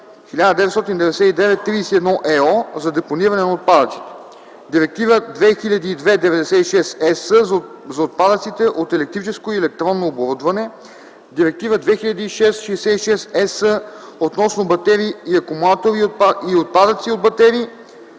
1999/31/ЕО за депониране на отпадъците, Директива 2002/96/ЕС за отпадъците от електрическо и електронно оборудване, Директива 2006/66/ЕС относно батерии и акумулатори и отпадъци от батерии